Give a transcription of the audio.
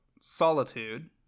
Solitude